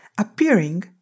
appearing